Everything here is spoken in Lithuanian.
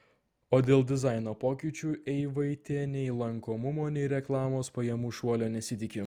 o dėl dizaino pokyčių eivaitė nei lankomumo nei reklamos pajamų šuolio nesitiki